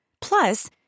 Plus